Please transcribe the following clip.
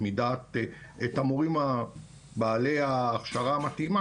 שיעורם של המורים בעלי ההכשרה המתאימה,